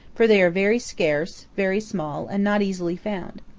for they are very scarce, very small, and not easily found.